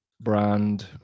brand